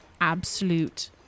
absolute